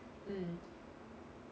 mm